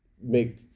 make